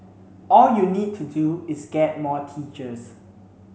all you need to do is get more teachers